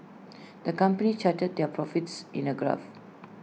the company charted their profits in A graph